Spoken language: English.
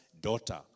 daughter